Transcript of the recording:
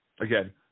Again